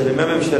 אתה האיש שממנו